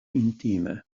intime